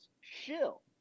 shill